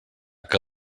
que